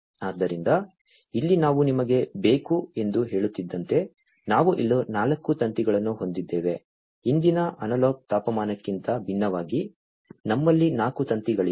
ಆದ್ದರಿಂದ ಇಲ್ಲಿ ನಾವು ನಿಮಗೆ ಬೇಕು ಎಂದು ಹೇಳುತ್ತಿದ್ದಂತೆ ನಾವು ಇಲ್ಲಿ 4 ತಂತಿಗಳನ್ನು ಹೊಂದಿದ್ದೇವೆ ಹಿಂದಿನ ಅನಲಾಗ್ ತಾಪಮಾನಕ್ಕಿಂತ ಭಿನ್ನವಾಗಿ ನಮ್ಮಲ್ಲಿ 4 ತಂತಿಗಳಿವೆ